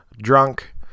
drunk